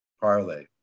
parlay